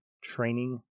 training